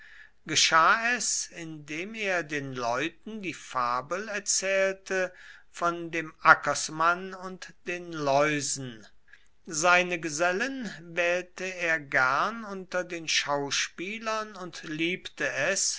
geschah es indem er den leuten die fabel erzählte von dem ackersmann und den läusen seine gesellen wählte er gern unter den schauspielern und liebte es